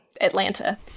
Atlanta